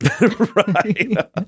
Right